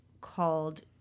called